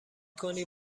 کنی